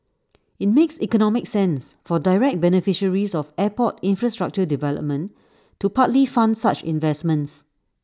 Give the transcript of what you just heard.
IT makes economic sense for direct beneficiaries of airport infrastructure development to partly fund such investments